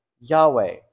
Yahweh